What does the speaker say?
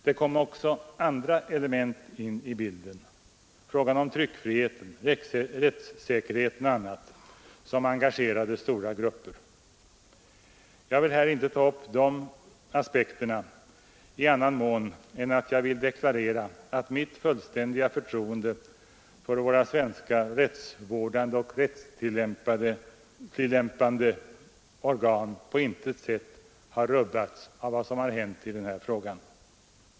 Det kom också andra element in i bilden, frågan om tryckfriheten, rättssäkerheten och annat som engagerade stora grupper. Jag vill här inte ta upp de aspekterna i annan mån än att jag vill deklarera att mitt fullständiga förtroende för våra svenska rättsvårdande och rättstillämpande organ på intet sätt har rubbats av vad som har hänt i den här frågan.